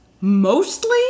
mostly